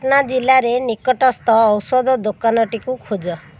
ପାଟନା ଜିଲ୍ଲାରେ ନିକଟସ୍ଥ ଔଷଧ ଦୋକାନଟିକୁ ଖୋଜ